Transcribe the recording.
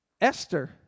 Esther